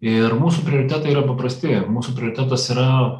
ir mūsų prioritetai yra paprasti mūsų prioritetas yra